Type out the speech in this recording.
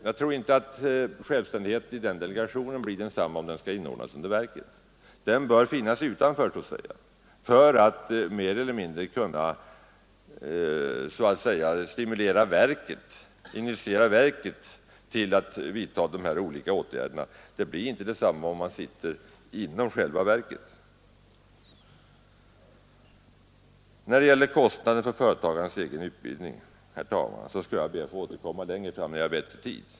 Jag tror inte att självständigheten i den delegationen blir densamma, om den skall inordnas under verket. Delegationen bör finnas utanför för att kunna så att säga mer eller mindre stimulera verket till att vidta de här olika åtgärderna. Det blir inte detsamma om man sitter inom själva verket. När det gäller kostnaden för företagarnas egen utbildning, herr talman, skall jag be att få återkomma längre fram, när vi har bättre tid.